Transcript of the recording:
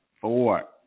four